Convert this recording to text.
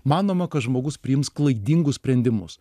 manoma kad žmogus priims klaidingus sprendimus